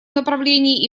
направлении